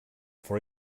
for